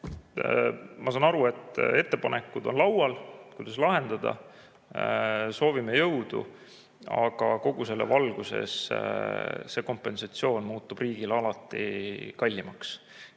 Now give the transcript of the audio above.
Ma saan aru, et ettepanekud, kuidas lahendada, on laual. Soovime jõudu. Aga kogu selle valguses see kompensatsioon muutub riigile alati kallimaks.